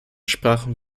sprachen